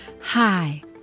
Hi